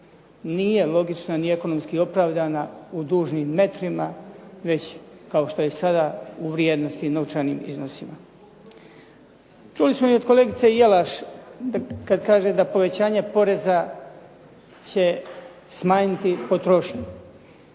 nije logična ni ekonomski opravdana u dužnim metrima, već kao što je sada u vrijednosti, novčanim iznosima. Čuli smo i od kolegice Jelaš kad kaže da povećanja poreza će smanjiti potrošnju.